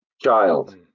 child